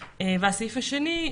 והשני,